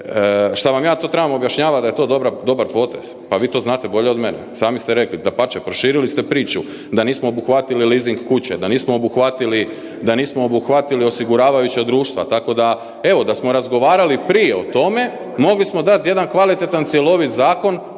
što vam ja to trebam objašnjavati da je to dobar potez? Pa vi to znate bolje od mene, sami ste rekli. Dapače, proširili ste priču da nismo obuhvatili leasing kuće, da nismo obuhvatili osiguravajuća društva, tako da, evo da smo razgovarali prije o tome, mogli smo dati jedan kvalitetan cjelovit zakon